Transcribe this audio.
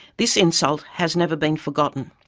this insult has never been forgotten.